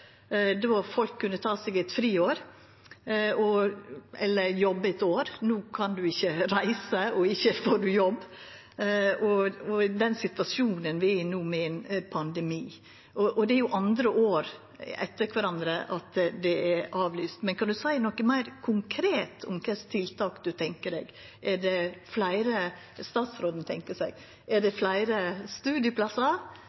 då folk kunne ta seg eit friår eller jobbe eit år. No kan ein ikkje reise, og ikkje får ein jobb, i den situasjonen vi er i no, med ein pandemi. Og det er jo andre året på rad at eksamen er avlyst. Kan statsråden seia noko meir konkret om kva tiltak han tenkjer seg? Er det fleire studieplassar ein ser føre seg, og vil det eventuelt koma nye studieplassar eller ei vidareføring av dei som er?